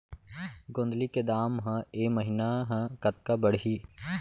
गोंदली के दाम ह ऐ महीना ह कतका बढ़ही?